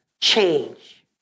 Change